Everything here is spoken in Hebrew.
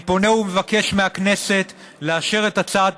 אני פונה ומבקש מהכנסת לאשר את הצעת